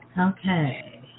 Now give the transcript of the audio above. okay